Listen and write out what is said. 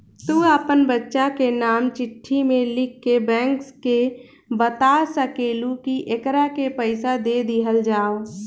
तू आपन बच्चन के नाम चिट्ठी मे लिख के बैंक के बाता सकेलू, कि एकरा के पइसा दे दिहल जाव